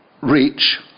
reach